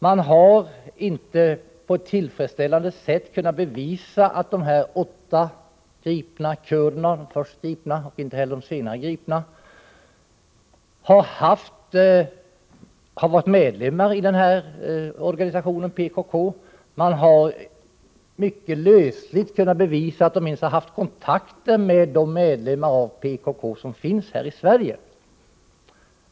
Man har inte på ett tillfredsställande sätt kunnat bevisa att de åtta först gripna kurderna, och inte heller de senare gripna, har varit medlemmar i organisationen PKK. Man har mycket lösligt kunnat bevisa att de ens haft kontakt med de medlemmar av PKK som finns här i Sverige.